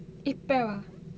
இப்பவா:ippavaa